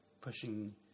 pushing